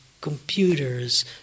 computers